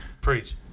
Preach